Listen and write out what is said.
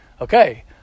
okay